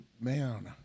man